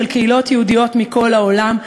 של קהילות יהודיות מכל העולם,